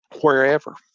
wherever